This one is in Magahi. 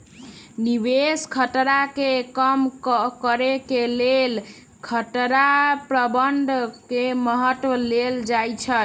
निवेश खतरा के कम करेके लेल खतरा प्रबंधन के मद्दत लेल जाइ छइ